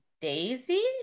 Daisy